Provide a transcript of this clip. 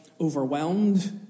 overwhelmed